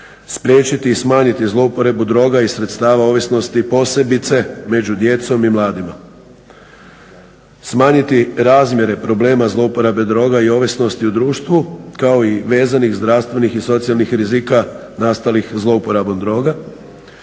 spriječiti i smanjiti zlouporabu droga i sredstava ovisnosti posebice među djecom i mladima, smanjiti razmjere problema zlouporabe droga i ovisnosti u društvu kao i vezanih zdravstvenih i socijalnih rizika nastalih zlouporabom droga.